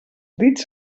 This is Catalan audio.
dits